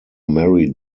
mary